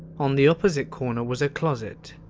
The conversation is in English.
on the opposite corner was a closet,